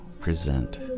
present